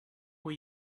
will